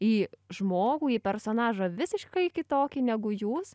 į žmogų į personažą visiškai kitokį negu jūs